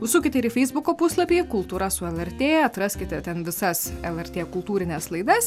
užsukite ir feisbuko puslapį kultūra su lrt atraskite ten visas lrt kultūrines laidas